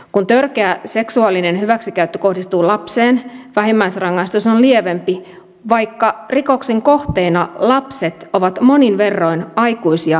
kun törkeä seksuaalinen hyväksikäyttö kohdistuu lapseen vähimmäisrangaistus on lievempi vaikka rikoksen kohteena lapset ovat monin verroin aikuisia puolustuskyvyttömämpiä